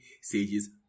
Sages